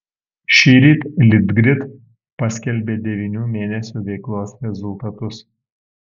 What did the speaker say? šįryt litgrid paskelbė devynių mėnesių veiklos rezultatus